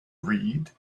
read